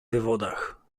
wywodach